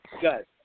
good